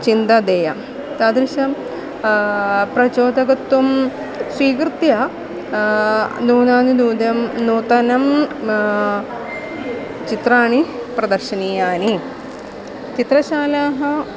चिन्ता देया तादृशं प्रचोदकत्वं स्वीकृत्य नूतनानि नूतनं नूतनं चित्राणि प्रदर्शनीयानि चित्रशालाः